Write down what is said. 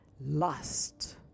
lust